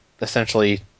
essentially